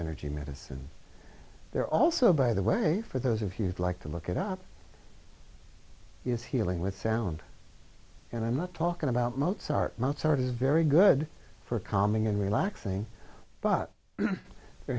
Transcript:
energy medicine there also by the way for those of you'd like to look at up is healing with sound and i'm not talking about mozart mozart is very good for calming and relaxing but there